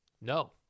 No